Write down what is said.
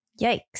Yikes